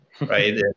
right